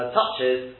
touches